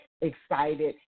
excited